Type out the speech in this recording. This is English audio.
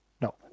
No